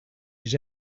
his